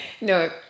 no